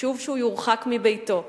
חשוב שהוא יורחק מביתו.